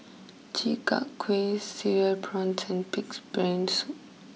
Chi Kak Kuih Cereal Prawns and Pig's Brain Soup